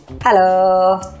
Hello